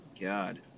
God